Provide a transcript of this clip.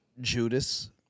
Judas